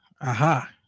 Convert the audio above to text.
Aha